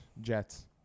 Jets